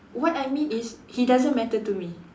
what I mean is he doesn't matter to me